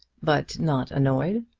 but not annoyed?